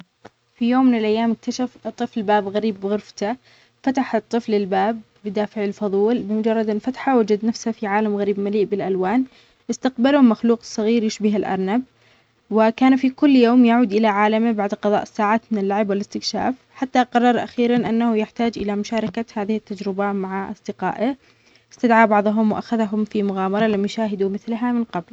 في يوم من الأيام، شاف طفل باب غريب في غرفته ما كان موجود من قبل. بقلبه الصغير يمتلئ بالفضول، قرر يفتحه. أول ما فتح الباب، لقى ممر مظلم يوديه لمكان ما يعرفه. خاف وتردد شوي، لكن خطا خطوة ودخل يكتشف سر الباب الغامض.